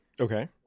Okay